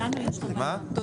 דיברנו על זה קודם, בדיון.